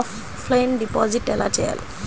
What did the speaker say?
Offline deposit ఎలా చేయాలి?